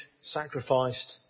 sacrificed